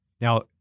Now